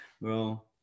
bro